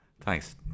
Thanks